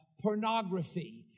pornography